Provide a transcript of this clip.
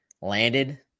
landed